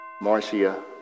Marcia